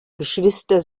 geschwister